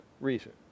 reason